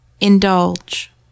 Indulge